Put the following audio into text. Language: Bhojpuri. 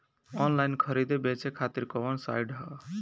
आनलाइन खरीदे बेचे खातिर कवन साइड ह?